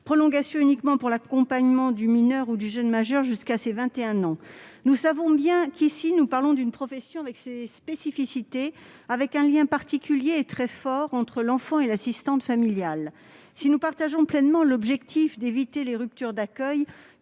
prolongation uniquement pour l'accompagnement du mineur ou du jeune majeur jusqu'à ses 21 ans. Il s'agit ici d'une profession qui a ses spécificités, en particulier un lien très fort entre l'enfant et l'assistante familiale. Si nous partageons pleinement l'objectif d'éviter les ruptures d'accueil